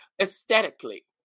Aesthetically